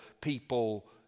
people